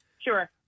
Sure